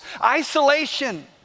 isolation